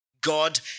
God